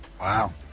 Wow